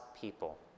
people